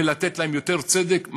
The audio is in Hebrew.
ולתת להן יותר צדק,